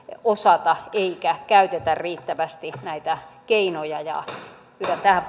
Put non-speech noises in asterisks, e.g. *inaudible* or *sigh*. osata eikä käytetä riittävästi näitä keinoja pyydän tähän *unintelligible*